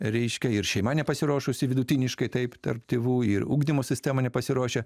reiškia ir šeima nepasiruošusi vidutiniškai taip tarp tėvų ir ugdymo sistema nepasiruošė